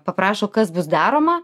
paprašo kas bus daroma